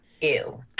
Ew